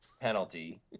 penalty